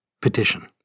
Petition